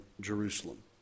Jerusalem